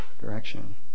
direction